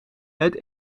het